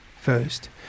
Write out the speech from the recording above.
first